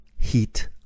Heat